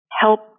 help